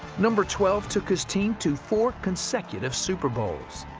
number twelve took his team to four consecutive super bowls.